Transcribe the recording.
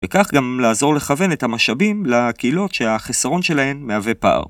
וכך גם לעזור לכוון את המשאבים לקהילות שהחסרון שלהן מהווה פער.